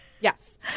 yes